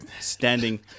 standing